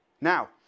Now